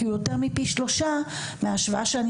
כי הוא יותר מפי שלושה מההשוואה שאני